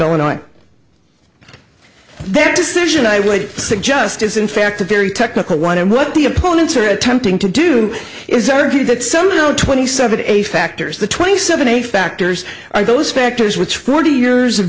illinois that decision i would suggest is in fact a very technical one and what the opponents are attempting to do is argue that some twenty seven a factors the twenty seven eight factors are those factors which forty years of